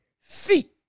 feet